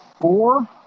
four